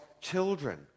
children